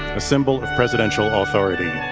a symbol of presidential authority.